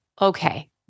okay